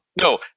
No